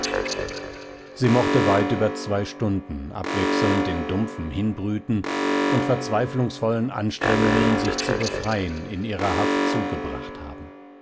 sie mochte weit über zwei stunden abwechselnd in dumpfem hinbrüten und verzweiflungsvollen anstrengungen sich zu befreien in ihrer haft zugebracht haben